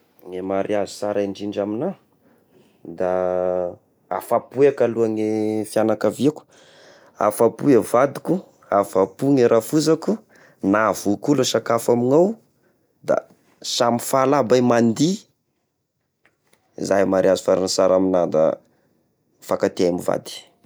Ny mariazy sara indrindra amignà da afa-po eka aloha ny fianakaviako, afa-po i vadiko, afa-po ny rafozako, nahavoky olo sakafo amignao, da samy faly aby agnay mandihy, izay mariazy faran'ny sara amignà da mifankatia ay mivady da zay.